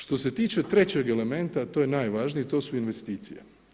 Što se tiče trećeg elementa a to je najvažnije, to su investicije.